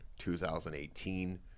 2018